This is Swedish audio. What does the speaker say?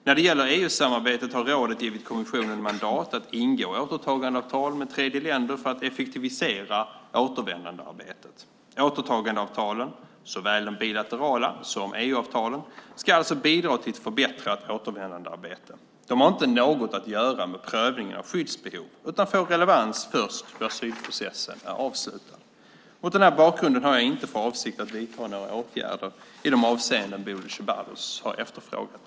När det gäller EU-samarbetet har rådet givit kommissionen mandat att ingå återtagandeavtal med tredjeländer för att effektivisera återvändandearbetet. Återtagandeavtalen, såväl de bilaterala som EU-avtalen, ska alltså bidra till ett förbättrat återvändandearbete. De har inte något att göra med prövningen av skyddsbehov, utan får relevans först då asylprocessen är avslutad. Mot den här bakgrunden har jag inte för avsikt att vidta några åtgärder i de avseenden Bodil Ceballos har efterfrågat.